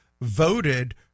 voted